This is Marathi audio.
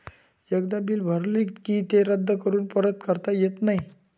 एकदा बिल भरले की ते रद्द करून परत करता येत नाही